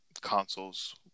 consoles